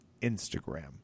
Instagram